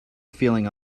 feeling